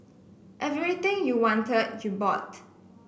everything you wanted you bought